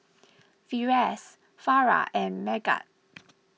Firash Farah and Megat